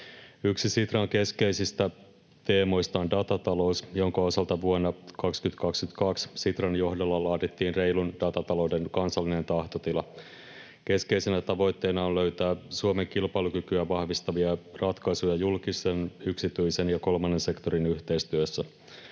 Yksi Sitran keskeisistä teemoista on datatalous, jonka osalta vuonna 2022 Sitran johdolla laadittiin reilun datatalouden kansallinen tahtotila. Keskeisenä tavoitteena on löytää Suomen kilpailukykyä vahvistavia ratkaisuja julkisen, yksityisen ja kolmannen sektorin yhteistyössä.